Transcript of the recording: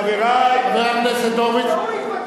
חבר הכנסת הורוביץ,